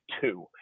two